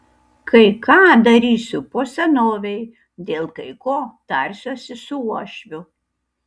kai ką darysiu po senovei dėl kai ko tarsiuosi su uošviu